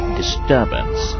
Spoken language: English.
disturbance